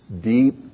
deep